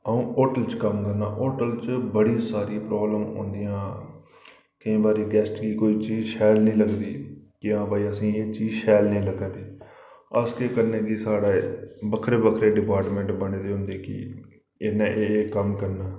अ'ऊं होटल च कम्म करना होटल च बड़ी सीरियां प्राब्लमां औंदियां केईं बारी गैस्ट गी कोई चीज शैल नि लगदी कि हां भाई असेंगी एह् चीज शैल नि लग्गा दी अस केह् करने कि साढ़े बक्खरे बक्खरे डिपार्टमैंट्ट बने दे होंदे कि इन्नै एह् एह् कम्म करना